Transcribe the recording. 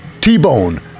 T-Bone